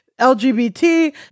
LGBT